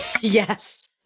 Yes